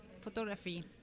photography